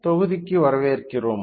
தொகுதிக்கு வரவேற்கிறோம்